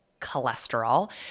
cholesterol